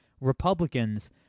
Republicans